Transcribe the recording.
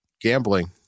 gambling